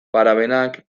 parabenak